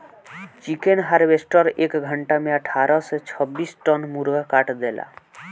chicken harvester एक घंटा में अठारह से छब्बीस टन मुर्गा काट देला